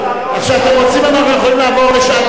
אם אתם רוצים, אנחנו יכולים לעבור לשעת ביקורת.